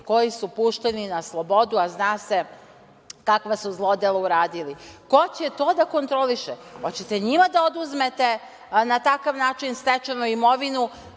koji su pušteni na slobodu, a zna se kakva su zlodela uradili. Ko će to da kontroliše? Hoćete njima da oduzmete na takav način stečenu imovinu,